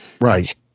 Right